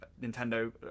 Nintendo